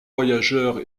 voyageurs